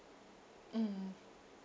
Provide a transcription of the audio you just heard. mm